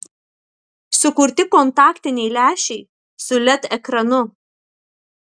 sukurti kontaktiniai lęšiai su led ekranu